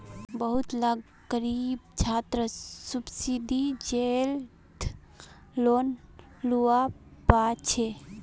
बहुत ला ग़रीब छात्रे सुब्सिदिज़ेद लोन लुआ पाछे